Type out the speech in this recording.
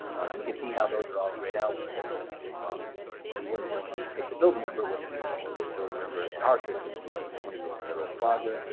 and you can see how those are all grayed out because um we wouldn't want you to take the building number which we know this building number in our systems is for twenty six federal plaza,